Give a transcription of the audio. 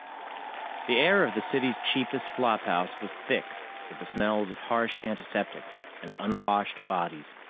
the air of the city's cheapest flophouse was thick with the smells of harsh antiseptic and unwashed bodies.